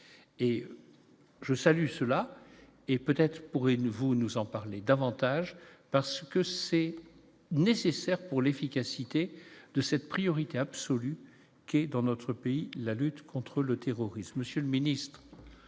et je salue cela et peut-être pour ne vous nous en parler davantage, parce que c'est nécessaire pour l'efficacité de cette priorité absolue que dans notre pays, la lutte contre le terrorisme, Monsieur le Ministre